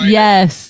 yes